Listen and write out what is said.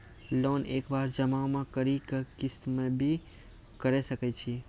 Loan एक बार जमा म करि कि किस्त मे भी करऽ सके छि?